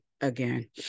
again